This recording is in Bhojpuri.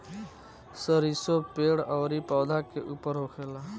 सरीसो पेड़ अउरी पौधा के ऊपर होखेला